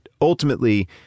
ultimately